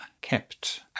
kept